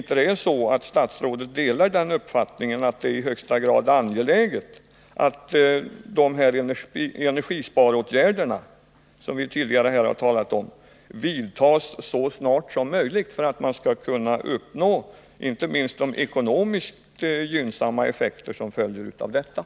Delar inte statsrådet uppfattningen att det är i högsta grad angeläget att de energisparåtgärder som vi tidigare talat om vidtas så snart som möjligt, för att man skall kunna uppnå inte minst de ekonomiskt gynnsamma effekter som följer av dem?